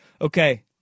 Okay